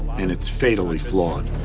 and it's fatally flawed.